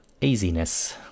easiness